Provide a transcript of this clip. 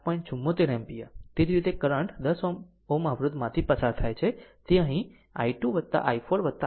74 ampere તે જ રીતે કરંટ 10 Ω અવરોધમાંથી પસાર થાય છે તે અહીં i2 i4i6 છે તે 4